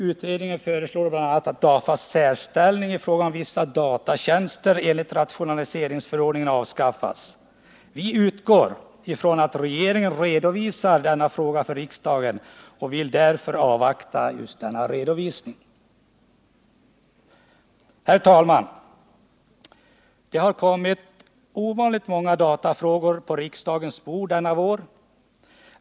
Utredningen föreslår att DAFA:s särställning i fråga om vissa datatjänster enligt rationaliseringsförordningen avskaffas. Vi utgår ifrån att regeringen redovisar denna fråga för riksdagen och vill därför avvakta denna redovisning. Herr talman! Det har kommit ovanligt många datafrågor på riksdagens bord denna vår.